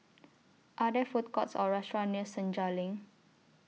Are There Food Courts Or restaurants near Senja LINK